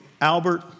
Albert